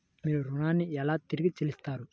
మీరు ఋణాన్ని ఎలా తిరిగి చెల్లిస్తారు?